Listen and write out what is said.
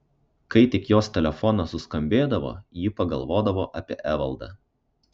kai tik jos telefonas suskambėdavo ji pagalvodavo apie evaldą